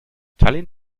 tallinn